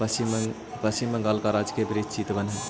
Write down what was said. पश्चिम बंगाल का राजकीय वृक्ष चितवन हई